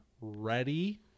ready